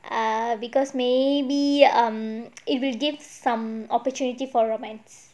err because maybe um it will give some opportunity for romance